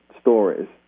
stories